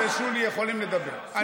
אני ושולי יכולים לדבר.